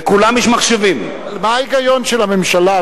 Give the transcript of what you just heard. לכולם יש מחשבים, מה ההיגיון של הממשלה?